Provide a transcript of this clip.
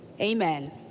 amen